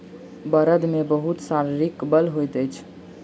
बड़द मे बहुत शारीरिक बल होइत अछि